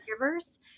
caregivers